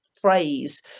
phrase